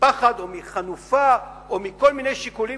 מפחד או מחנופה או מכל מיני שיקולים